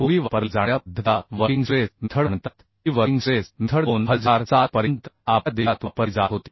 पूर्वी वापरल्या जाणाऱ्या पद्धतीला वर्किंग स्ट्रेस मेथड म्हणतात ही वर्किंग स्ट्रेस मेथड 2007 पर्यंत आपल्या देशात वापरली जात होती